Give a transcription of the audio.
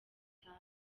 butayu